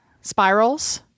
spirals